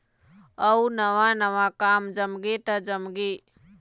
अउ नवा नवा काम जमगे त जमगे